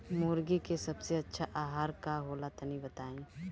मुर्गी के सबसे अच्छा आहार का होला तनी बताई?